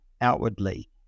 outwardly